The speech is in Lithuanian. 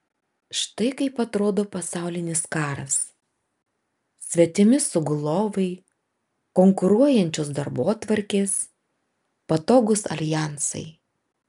štai kaip atrodo pasaulinis karas svetimi sugulovai konkuruojančios darbotvarkės patogūs aljansai